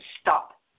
stop